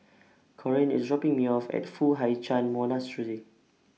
Corine IS dropping Me off At Foo Hai Ch'An Monastery